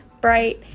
bright